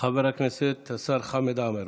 חבר הכנסת השר חמד עמאר.